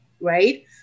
right